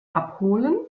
abholen